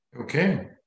Okay